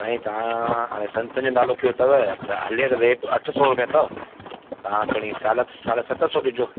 साईं तव्हां हाणे संत जो नालो खंयो अथव त हले त वेत अठ सौ रुपिया अथव तव्हां खणी साढ़े सत सौ रुपियो ॾिजो